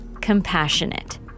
compassionate